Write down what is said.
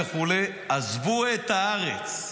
וכו' שעזבו את הארץ,